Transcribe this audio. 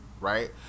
right